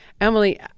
Emily